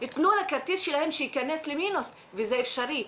תנו לכרטיס שלהם שייכנס למינוס, וזה אפשרי.